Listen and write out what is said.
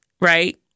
Right